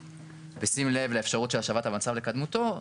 ושים לב לאפשרות של השבת המצב לקדמותו,